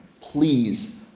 Please